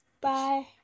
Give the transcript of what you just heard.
Bye